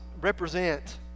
represent